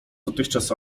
dotychczas